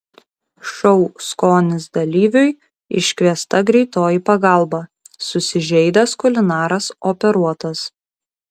šou skonis dalyviui iškviesta greitoji pagalba susižeidęs kulinaras operuotas